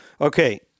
Okay